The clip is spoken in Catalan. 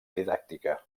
didàctica